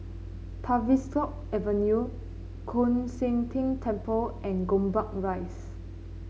Tavistock Avenue Koon Seng Ting Temple and Gombak Rise